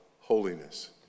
holiness